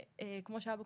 כמו שהיה בקורונה,